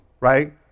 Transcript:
right